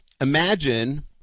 imagine